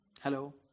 hello